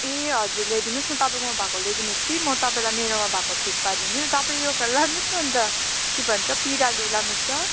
ए हजुर ल्याइदिनुहोस् न तपाईँकोमा भएको ल्याइदिनुहोस् कि म तपाईँलाई मेरोमा भएको ठिक पारिदिन्छु तपाईँ यो लानुहोस् न अन्त के भन्छ पिँडालु लानुहोस् ल